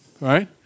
Right